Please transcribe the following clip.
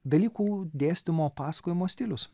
dalykų dėstymo pasakojimo stilius